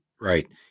right